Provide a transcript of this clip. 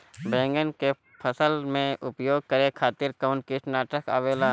बैंगन के फसल में उपयोग करे खातिर कउन कीटनाशक आवेला?